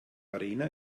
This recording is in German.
arena